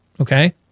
okay